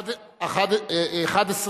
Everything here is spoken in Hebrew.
(תיקון מס' 53), התשע"ב 2012, נתקבל.